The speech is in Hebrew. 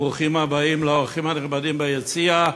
וברוכים הבאים לאורחים הנכבדים ביציע.